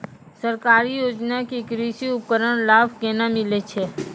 सरकारी योजना के कृषि उपकरण लाभ केना मिलै छै?